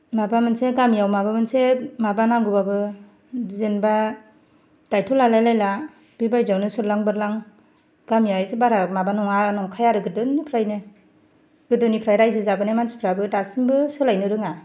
माबा मोनसे गामियाव माबा मोनसे माबानांगौबाबो जेनबा दायथ' लालायलायला बेबायदियावनो सोरलां बोरलां गामिया इसे बारा माबा नङा नंखाया आरो गोदोनिफ्रायनो गोदोनिफ्राय राइजो जाबोनाय मानसिफ्राबो दासिमबो सोलायनो रोङा